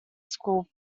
school